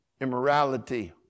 Immorality